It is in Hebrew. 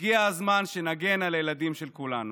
הגיע הזמן שנגן על הילדים של כולנו.